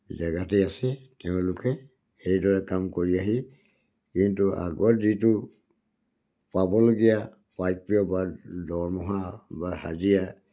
জেগাতেই আছে তেওঁলোকে সেইদৰে কাম কৰি আহি কিন্তু আগত যিটো পাবলগীয়া প্ৰাপ্য বা দৰমহা বা হাজিৰা